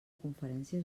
conferència